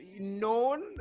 known